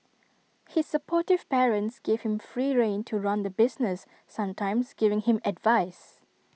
his supportive parents gave him free rein to run the business sometimes giving him advice